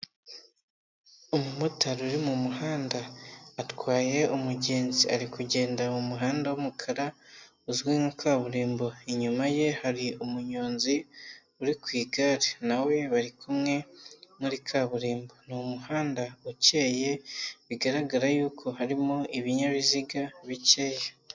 Umumotari uri mu muhanda. Atwaye umugenzi ari kugenda mu muhanda w'umukara ,uzwi nka kaburimbo. Inyuma ye hari umunyonzi uri ku igare. Na we bari kumwe muri kaburimbo. Ni umuhanda ukeyeye, bigaragara yuko harimo ibinyabiziga bikeya.